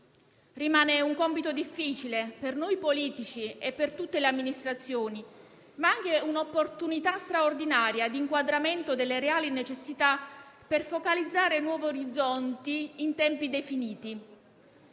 Rimane un compito difficile per noi politici e per tutte le amministrazioni, ma anche un'opportunità straordinaria di inquadramento delle reali necessità per focalizzare nuovi orizzonti in tempi definiti.